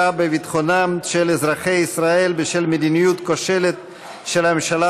בביטחונם של אזרחי ישראל בשל מדיניות כושלת של הממשלה